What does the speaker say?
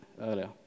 earlier